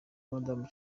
madame